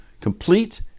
complete